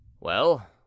Well